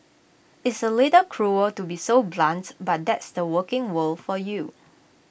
it's A little cruel to be so blunt but that's the working world for you